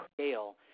scale